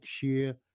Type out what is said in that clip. share